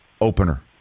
opener